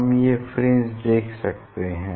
हम ये फ्रिंज देख सकते हैं